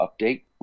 update